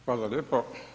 Hvala lijepo.